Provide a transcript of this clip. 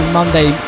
Monday